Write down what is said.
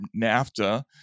nafta